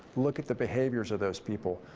look at the behaviors of those people.